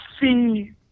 see